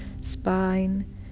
spine